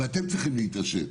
ואתם צריכים להתעשת.